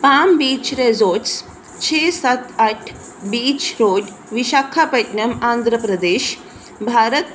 palm Beach Resorts ਛੇ ਸੱਤ ਅੱਠ ਬੀਚ ਰੋਡ ਵਿਸ਼ਾਖਾਪਟਨਮ ਆਂਧਰਾ ਪ੍ਰਦੇਸ਼ ਭਾਰਤ